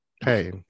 Hey